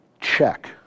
check